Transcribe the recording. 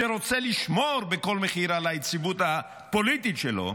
שרוצה לשמור בכל מחיר על היציבות הפוליטית שלו,